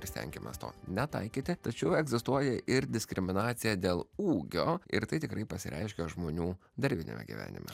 ir stengiamės to netaikyti tačiau egzistuoja ir diskriminacija dėl ūgio ir tai tikrai pasireiškia žmonių darbiniame gyvenime